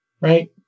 right